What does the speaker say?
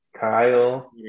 Kyle